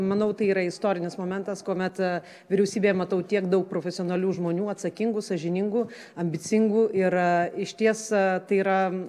manau tai yra istorinis momentas kuomet vyriausybėje matau tiek daug profesionalių žmonių atsakingų sąžiningų ambicingų yra išties tai yra